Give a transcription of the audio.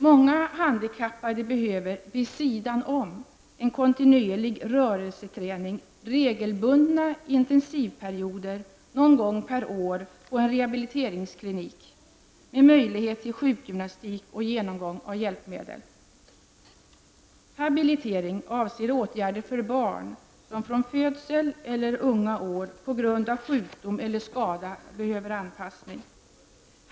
Många handikappade behöver vid sidan om en kontinuerlig rörelseträning och regelbundna intensivperioder någon gång per år på rehabiliteringsklinik med möjlighet till sjukgymnastik och genomgång av hjälpmedel. Habilitering avser åtgärder för barn, som från födseln eller unga år på grund av sjukdom eller skada behöver anpassning.